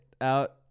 out